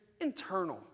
internal